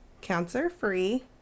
cancer-free